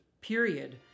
period